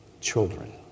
children